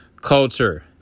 culture